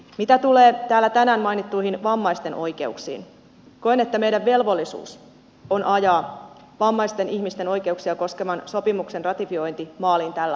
mitä tulee täällä tänään mainittuihin vammaisten oikeuksiin koen että meidän velvollisuutemme on ajaa vammaisten ihmisten oikeuksia koskevan sopimuksen ratifiointi maaliin tällä hallituskaudella